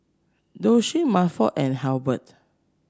Doshie Milford and Hubert